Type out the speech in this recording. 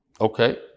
Okay